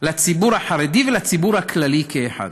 לציבור החרדי ולציבור הכללי כאחד.